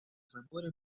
заборе